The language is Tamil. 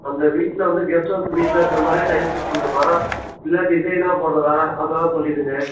அந்த வீட்டில் வந்து கெஸ்ட் ஹவுஸ் வீட்டில் இருக்கிற மாதிரியே டைல்ஸ் போடணுமா இல்லை டிசைனாக போடுறதா அதெல்லாம் சொல்லிடுங்கள்